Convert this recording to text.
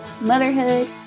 motherhood